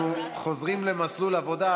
אף אחד לא ישיב יותר, אנחנו חוזרים למסלול עבודה.